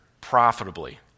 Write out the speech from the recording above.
profitably